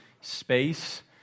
space